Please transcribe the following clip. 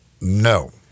No